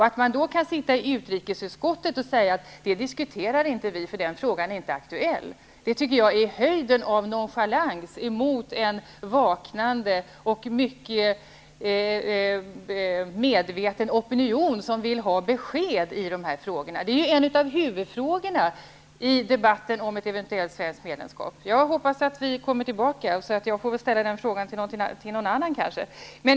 Att då i utrikesutskottet säga att man inte diskuterar den frågan, för den är inte aktuell, tycker jag är höjden av nonchalans mot en vaknande och mycket medveten opinion, som vill ha besked i dessa frågor. Det är ju en av huvudfrågorna i debatten om ett eventuellt svenskt medlemskap. Jag hoppas att vi kommer tillbaka till detta. Jag får väl ställa frågan till någon annan.